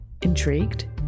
Intrigued